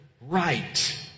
right